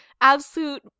absolute